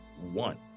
one